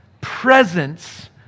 presence